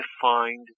defined –